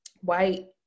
white